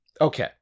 Okay